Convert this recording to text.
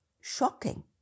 shocking